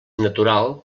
natural